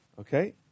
Okay